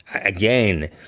again